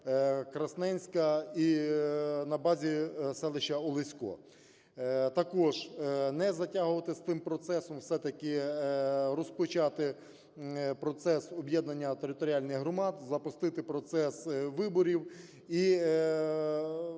Красненська і на базі селища Олесько. Також не затягувати з цим процесом, все-таки розпочати процес об'єднання територіальних громад, запустити процес виборів.